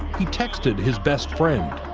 he texted his best friend.